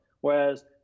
Whereas